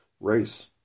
race